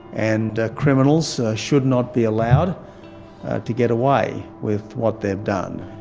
and criminals should not be allowed to get away with what they've done.